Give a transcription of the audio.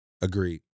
Agreed